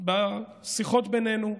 בשיחות בינינו,